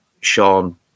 Sean